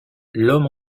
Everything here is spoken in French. l’homme